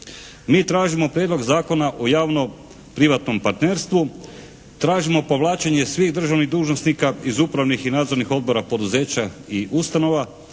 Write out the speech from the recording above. Mi tražimo Prijedlog Zakona o javno-privatnom partnerstvu. Tražimo povlačenje svih državnih dužnosnika iz upravnih i nadzornih odbora poduzeća i ustanova.